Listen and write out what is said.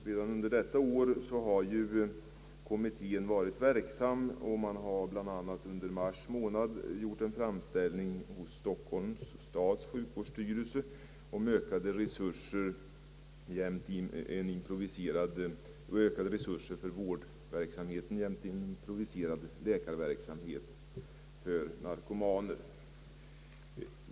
Redan under detta år har ju kommittén under mars månad gjort en framställning hos Stockholms stads sjukvårdsstyrelse om ökade resurser till vårdverksamheten och till en improviserad läkarvårdsverksamhet för narkomaner.